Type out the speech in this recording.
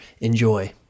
Enjoy